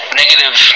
negative